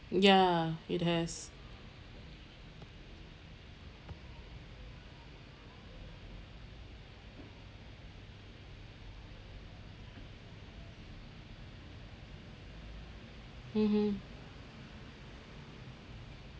ya it has mmhmm